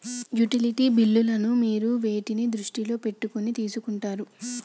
Utility బిల్లులను మీరు వేటిని దృష్టిలో పెట్టుకొని తీసుకుంటారు?